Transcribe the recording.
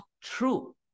true